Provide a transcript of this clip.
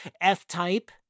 F-type